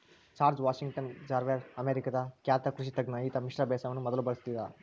George Washington Carver ಅಮೇರಿಕಾದ ಖ್ಯಾತ ಕೃಷಿ ತಜ್ಞ ಈತ ಮಿಶ್ರ ಬೇಸಾಯವನ್ನು ಮೊದಲು ಬಳಸಿದಾತ